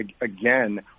again